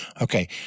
Okay